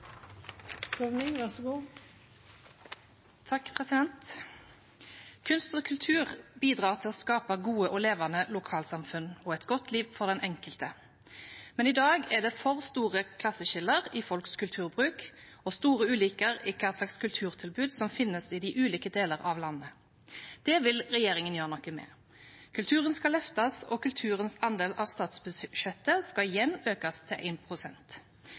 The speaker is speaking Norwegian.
å skape gode og levende lokalsamfunn og et godt liv for den enkelte, men i dag er det for store klasseskiller i folks kulturbruk og store ulikheter i hva slags kulturtilbud som finnes i ulike deler av landet. Det vil regjeringen gjøre noe med. Kulturen skal løftes, og kulturens andel av statsbudsjettet skal igjen økes til